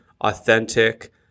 authentic